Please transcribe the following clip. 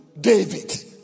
David